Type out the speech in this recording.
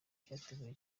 cyateguwe